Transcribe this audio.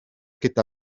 gyda